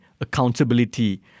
accountability